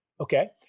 okay